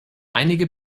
einige